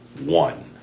one